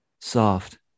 soft